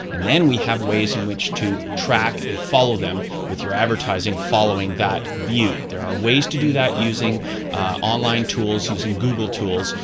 and then we have ways in which to track and follow them with your advertising, following that view. there are ways to do that using online tools using google tools.